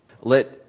Let